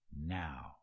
now